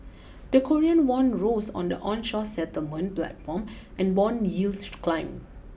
the Korean won rose on the onshore settlement platform and bond yields climbed